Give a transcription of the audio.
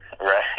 right